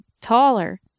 taller